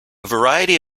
variety